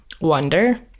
wonder